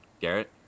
Garrett